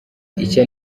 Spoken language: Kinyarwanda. icyo